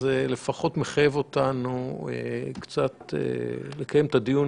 אז זה לפחות מחייב אותנו קצת לקיים את הדיון